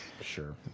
Sure